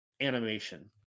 animation